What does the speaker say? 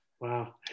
wow